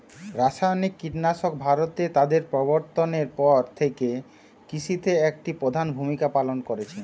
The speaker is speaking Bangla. রাসায়নিক কীটনাশক ভারতে তাদের প্রবর্তনের পর থেকে কৃষিতে একটি প্রধান ভূমিকা পালন করেছে